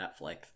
Netflix